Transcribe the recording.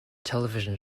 television